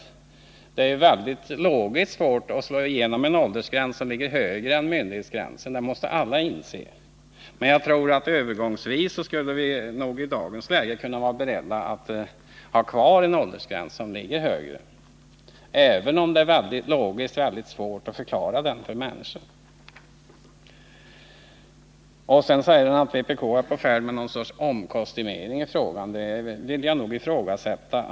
Alla måste inse att det är mycket svårt rent logiskt att verka för att få igenom en åldersgräns som ligger högre än myndighetsgränsen. Jag tror emellertid att vi i dagens läge övergångsvis skulle kunna vara beredda att ha kvar en högre åldersgräns, även om det från logisk synpunkt är mycket svårt att förklara detta för människorna. Gabriel Romanus sade att vpk håller på med något slags omkostymering, men det vill jag ifrågasätta.